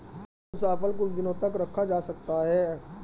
कौन सा फल कुछ दिनों तक रखा जा सकता है?